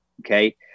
Okay